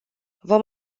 vom